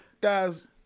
guys